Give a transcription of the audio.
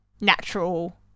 natural